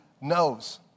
knows